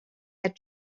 had